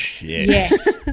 yes